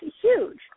huge